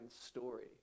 story